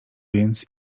więc